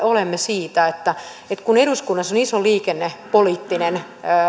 olemme huolissamme siitä että että eduskunnassa on iso liikennepoliittinen